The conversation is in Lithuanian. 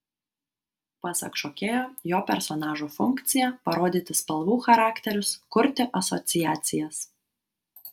pasak šokėjo jo personažo funkcija parodyti spalvų charakterius kurti asociacijas